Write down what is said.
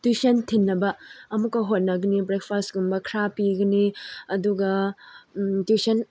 tuition ꯊꯤꯟꯅꯕ ꯑꯃꯨꯛꯀ ꯍꯣꯠꯅꯒꯅꯤ ꯕ꯭ꯔꯦꯛꯐꯥꯁꯀꯨꯝꯕ ꯈꯔ ꯄꯤꯒꯅꯤ ꯑꯗꯨꯒ ꯇꯨꯏꯁꯟ